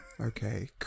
Okay